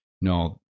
no